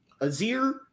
Azir